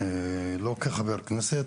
לא כחבר כנסת,